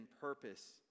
purpose